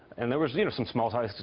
and there was, you know, some small talk.